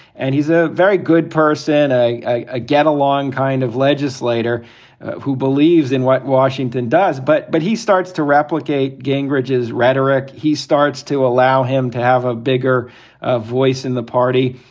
and he's a very good person. i i ah get along kind of legislator who believes in what washington does. but but he starts to replicate gingrich's rhetoric. he starts to allow him to have a bigger ah voice in the party.